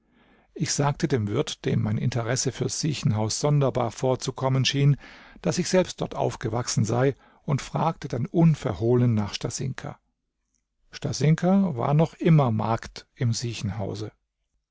ich sagte dem wirt dem mein interesse fürs siechenhaus sonderbar vorzukommen schien daß ich selbst dort aufgewachsen sei und fragte dann unverhohlen nach stasinka stasinka war noch immer magd im siechenhause